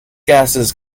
gases